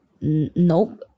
Nope